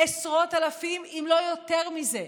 עשרות אלפים אם לא יותר מזה,